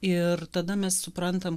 ir tada mes suprantam